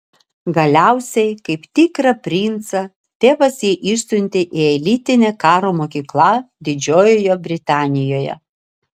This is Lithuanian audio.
galiausiai kaip tikrą princą tėvas jį išsiuntė į elitinę karo mokyklą didžiojoje britanijoje